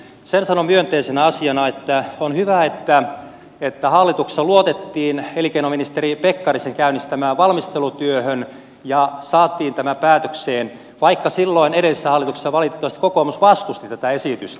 sen sanon myönteisenä asiana että on hyvä että hallituksessa luotettiin elinkeinoministeri pekkarisen käynnistämään valmistelutyöhön ja saatiin tämä päätökseen vaikka silloin edellisessä hallituksessa valitettavasti kokoomus vastusti tätä esitystä